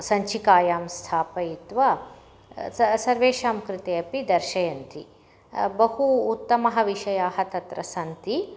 सञ्चिकायां स्थापयित्वा स सर्वेषां कृते अपि दर्शयन्ति बहु उत्तमाः विषयाः तत्र सन्ति